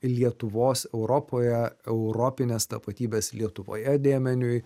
lietuvos europoje europinės tapatybės lietuvoje dėmeniui